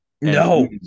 No